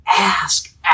Ask